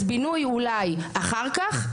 אז בינוי הוא אולי אחר כך,